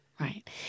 Right